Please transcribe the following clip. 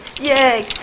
yay